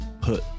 put